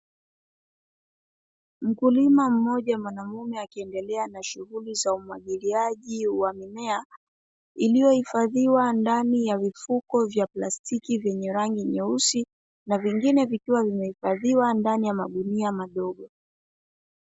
Mkulima mmoja mwanamume akiendelea na shughuli za umwagiliaji wa mimea, iliyohifadhiwa ndani ya vifuko vya plastiki vyenye rangi nyeusi na vingine vikiwa vimehifadhiwa ndani ya magunia madogo.